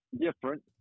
different